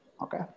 Okay